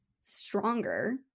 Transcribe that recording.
stronger